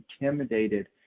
intimidated